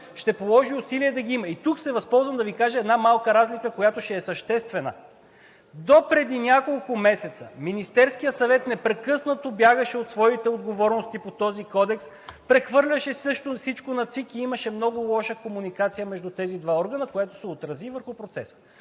ще положи усилия да ги има. Тук се възползвам да Ви кажа една малка разлика, която ще е съществена. Допреди няколко месеца Министерският съвет непрекъснато бягаше от своите отговорности по този кодекс, прехвърляше също всичко на ЦИК и имаше много лоша комуникация между тези два органа, което се отрази върху процеса.